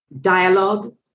dialogue